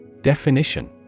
Definition